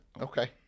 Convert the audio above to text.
Okay